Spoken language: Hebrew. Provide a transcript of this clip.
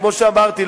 כמו שאמרתי,